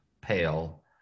pale